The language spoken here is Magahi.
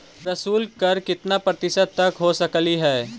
प्रशुल्क कर कितना प्रतिशत तक हो सकलई हे?